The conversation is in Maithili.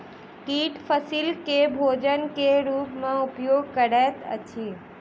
कीट फसील के भोजन के रूप में उपयोग करैत अछि